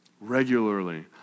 regularly